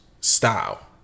style